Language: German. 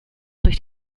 durch